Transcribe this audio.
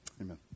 Amen